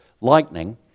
lightning